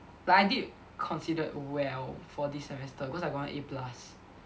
like I did considered well for this semester cause I got one A plus